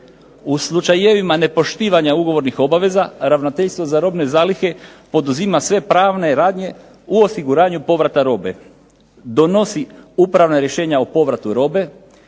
U slučajevima nepoštivanja ugovornih obaveza ravnateljstvo za robne zalihe poduzima sve pravne radnje u osiguranju povrata robe, donosi upravna rješenja o povratu robe,